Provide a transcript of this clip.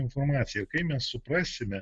informacija kai mes suprasime